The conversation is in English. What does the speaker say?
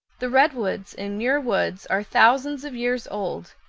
the redwoods in muir woods are thousands of years old,